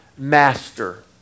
Master